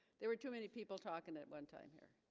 there were too many people talking at one time here